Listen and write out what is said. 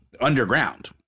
Underground